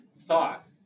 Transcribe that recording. thought